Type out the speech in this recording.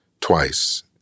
twice